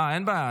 אין בעיה.